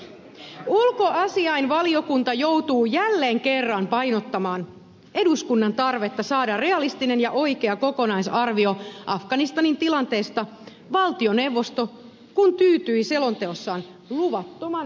ulkoasiainvaliokunta joutuu jälleen kerran painottamaan eduskunnan tarvetta saada realistinen ja oikea kokonaisarvio afganistanin tilanteesta valtioneuvosto kun tyytyi selonteossaan luvattoman yleisluonteiseen ku vaukseen